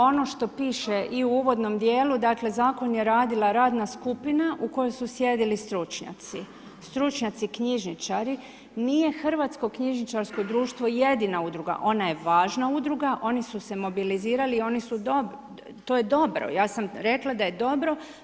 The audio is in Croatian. Ono što piše i u uvodnom djelu, dakle zakon je radila radna skupina u kojoj su sjedili stručnjaci, stručnjaci knjižničari, nije Hrvatsko knjižničarsko društvo jedina udruga, ona je važna udruga, oni su se mobilizirali, to je dobro, ja sam rekla da je dobro.